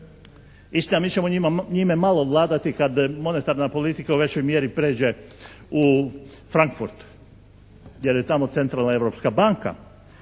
Istina, mi ćemo njime malo vladati kad monetarna politika u većoj mjeri pređe u Frankfurt jer je tamo Centralna europska banka,